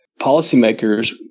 policymakers